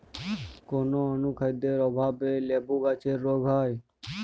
কোন অনুখাদ্যের অভাবে লেবু গাছের রোগ হয়?